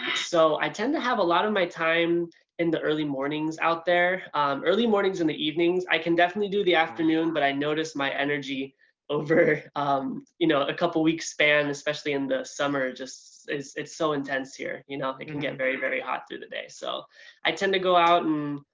so i tend to have a lot of my time in the early mornings out there early mornings and the evenings. i can definitely do the afternoon but i notice my energy over um you know a couple weeks span, especially in the summer, just it's it's so intense here you know. it can get very very hot through the day, so i tend to go out and